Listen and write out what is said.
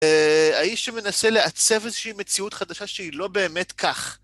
האיש שמנסה לעצב איזושהי מציאות חדשה שהיא לא באמת כך.